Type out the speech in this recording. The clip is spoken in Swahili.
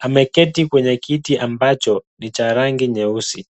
Ameketi kwenye kiti ambacho ni cha rangi nyeusi.